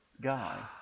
guy